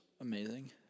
Amazing